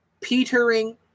Petering